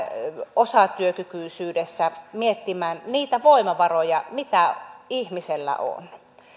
osatyökykyisyydessä miettimään niitä voimavaroja mitä ihmisellä on